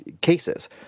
cases